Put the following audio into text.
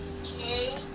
Okay